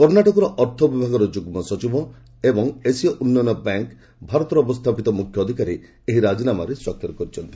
କର୍ଷାଟକର ଅର୍ଥ ବିଭାଗର ଯୁଗ୍ମ ସଚିବ ଏବଂ ଏସୀୟ ଉନ୍ନୟନ ବ୍ୟାଙ୍କ ଭାରତରେ ଅବସ୍ଥାପିତ ମୁଖ୍ୟ ଅଧିକାରୀ ଏହି ରାଜିନାମାରେ ସ୍ୱାକ୍ଷର କରିଚ୍ଛନ୍ତି